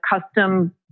custom